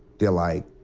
they're, like,